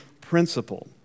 principle